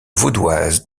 vaudoise